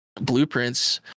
blueprints